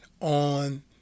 on